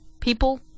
people